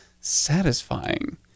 satisfying